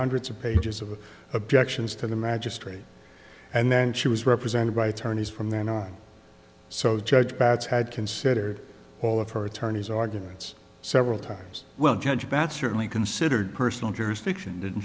hundreds of pages of objections to the magistrate and then she was represented by attorneys from then on so the judge batts had considered all of her attorney's arguments several times well judge that's certainly considered personal jurisdiction didn't